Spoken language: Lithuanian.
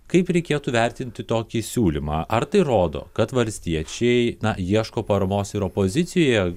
kaip reikėtų vertinti tokį siūlymą ar tai rodo kad valstiečiai na ieško paramos ir opozicijoje